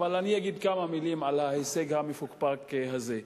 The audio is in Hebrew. אבל אני אגיד כמה מלים על ההישג המפוקפק הזה.